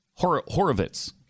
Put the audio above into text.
Horovitz